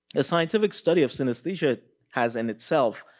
a scientific study of synesthesia has, in itself,